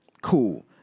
cool